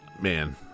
man